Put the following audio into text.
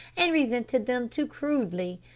and resented them too crudely.